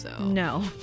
No